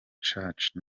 church